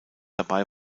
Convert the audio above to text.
dabei